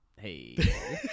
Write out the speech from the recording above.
Hey